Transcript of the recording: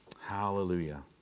Hallelujah